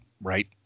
right